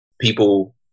people